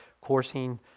coursing